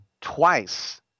twice